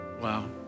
Wow